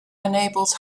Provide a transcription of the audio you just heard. enables